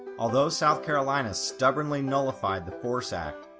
although south carolina stubbornly nullified the force act,